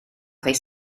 ddydd